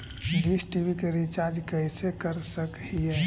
Dish TV के recharge कैसे कर सक हिय?